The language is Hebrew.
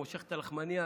מושך את הלחמנייה,